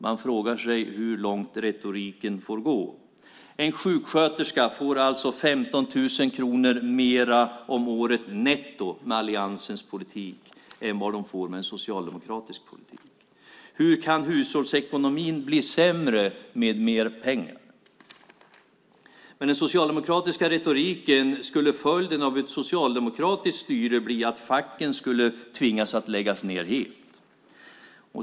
Man frågar sig hur långt retoriken får gå. En sjuksköterska får 15 000 kronor mer om året netto med alliansens politik än med en socialdemokratisk politik. Hur kan hushållsekonomin bli sämre med mer pengar? Med den socialdemokratiska retoriken skulle följden av ett socialdemokratiskt styre bli att facken skulle tvingas att lägga ned helt.